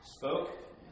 spoke